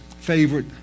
favorite